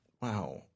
Wow